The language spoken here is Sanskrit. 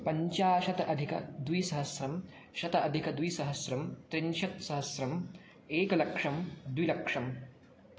पञ्चाशत् अधिक द्विसहस्रं शत अधिक द्विसहस्रं त्रिंशत् सहस्रं एकलक्षम् द्विलक्षं